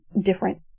different